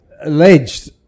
alleged